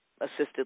assisted